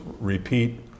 repeat